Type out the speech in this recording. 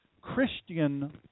Christian